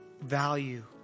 value